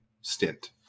stint